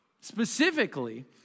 Specifically